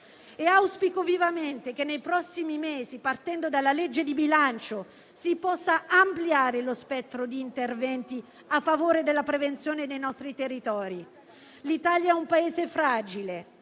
Auspico vivamente che nei prossimi mesi, partendo dalla legge di bilancio, si possa ampliare lo spettro di interventi a favore della prevenzione dei nostri territori. L'Italia è un Paese fragile;